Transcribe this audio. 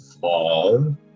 fall